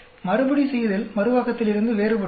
எனவே மறுபடிசெய்தல் மறுவாக்கத்திலிருந்து வேறுபட்டது